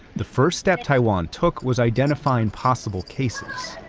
the first step taiwan took was identifying possible cases.